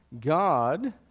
God